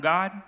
God